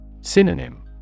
Synonym